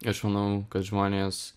aš manau kad žmonės